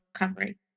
recovery